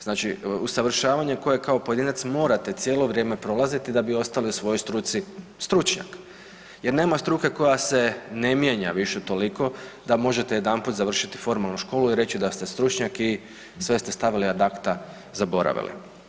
Znači usavršavanje koje kao pojedinac morate cijelo vrijeme prolaziti da bi ostali u svojoj struci stručnjak jer nema struke koja se ne mijenja više toliko da možete jedanput završiti formalno školu i reći da ste stručnjak o sve ste stavili ad acta, zaboravili.